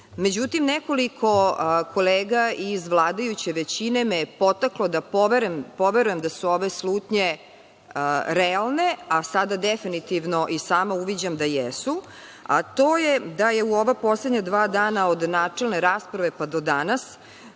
međutim nekoliko kolega iz vladajuće većine me je potaklo da poverujem da su ove slutnje realne, a sada definitivno i sama uviđam da jesu, a to je da je u ova poslednja dva dana od načelne rasprave pa do danas,